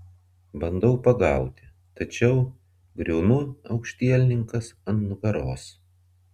bandau pagauti tačiau griūnu aukštielninkas ant nugaros